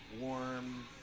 warm